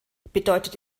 bedeutet